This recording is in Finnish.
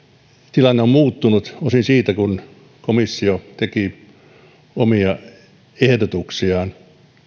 tilanne on muuttunut osin siitä kun komissio teki omia ehdotuksiaan